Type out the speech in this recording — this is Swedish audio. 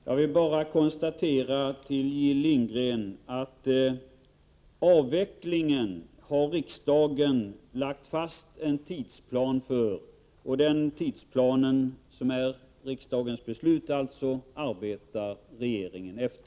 Herr talman! Jag vill bara säga till Jill Lindgren att riksdagen har lagt fast en tidsplan för avvecklingen, och den tidsplanen — som är riksdagens beslut — arbetar regeringen efter.